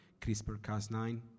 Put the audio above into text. CRISPR-Cas9